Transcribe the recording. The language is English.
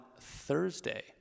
Thursday